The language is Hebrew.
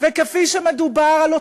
לנו?